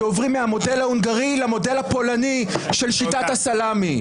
שעוברים מהמודל ההונגרי למודל הפולני של שיטת הסלמי.